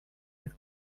his